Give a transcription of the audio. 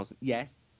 yes